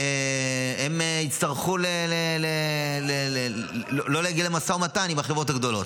הם יצטרכו לא להגיע למשא ומתן עם החברות הגדולות.